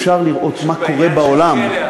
אפשר לראות מה קורה בעולם, בעניין של כלא,